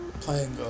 Playing